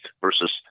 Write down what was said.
versus